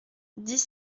dix